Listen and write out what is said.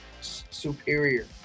superior